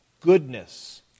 goodness